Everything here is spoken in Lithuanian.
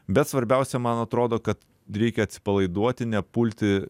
bet svarbiausia man atrodo kad reikia atsipalaiduoti nepulti